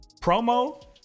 promo